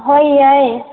ꯍꯣꯏ ꯌꯥꯏ